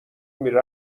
میره